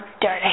dirty